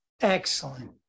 Excellent